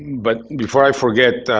but before i forget,